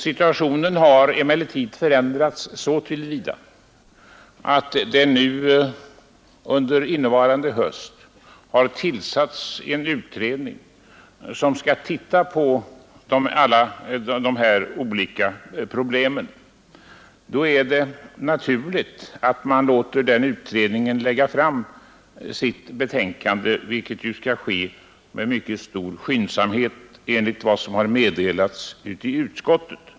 Situationen har emellertid förändrats så till vida att det nu under innevarande höst har tillsatts en utredning som skall se på alla dessa olika problem. Då är det naturligt att man låter den utredningen lägga fram sitt betänkande, vilket ju skall ske med mycket stor skyndsamhet enligt vad som har meddelats i utskottet.